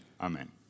Amen